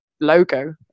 logo